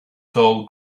dull